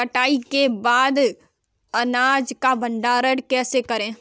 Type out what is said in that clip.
कटाई के बाद अनाज का भंडारण कैसे करें?